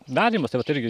darymas tai vat irgi